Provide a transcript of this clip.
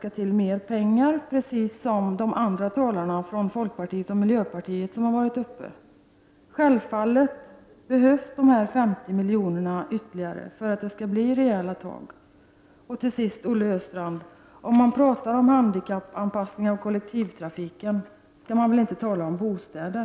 Vi i vpk anser, precis som de andra talarna från folkpartiet och miljöpartiet som tidigare varit uppe i debatten, att det skall anslås mer pengar. Självfallet behövs dessa ytterligare 50 milj.kr. för att det skall bli rejäla tag. Jag vill slutligen säga följande till Olle Östrand: När man skall diskutera handikappanpassning av kollektivtrafiken, då skall man väl inte tala om bostäder?